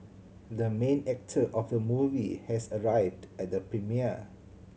the main actor of the movie has arrived at the premiere